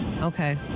Okay